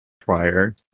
prior